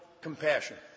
compassion